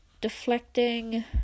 deflecting